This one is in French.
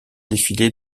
défilé